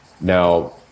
now